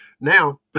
Now